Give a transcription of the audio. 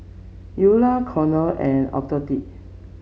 Ula Conor and Obed